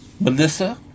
Melissa